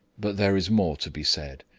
but there is more to be said.